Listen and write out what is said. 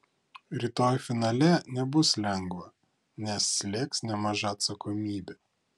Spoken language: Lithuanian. rytoj finale nebus lengva nes slėgs nemaža atsakomybė